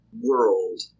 world